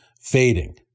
fading